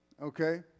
Okay